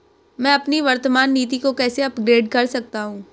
मैं अपनी वर्तमान नीति को कैसे अपग्रेड कर सकता हूँ?